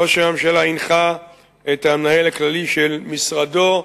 ראש הממשלה הנחה את המנהל הכללי של משרדו,